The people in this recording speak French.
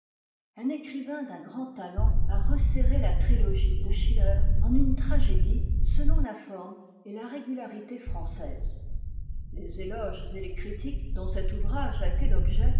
un écrivain d'un grand talent a resserré la trilogie de schiller en une tragédie selon la forme et la régularité française les éloges et les critiques dont cet ouvrage a été l'objet